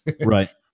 right